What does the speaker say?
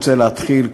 רוצה להתחיל,